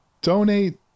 Donate